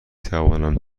توانم